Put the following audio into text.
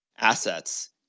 assets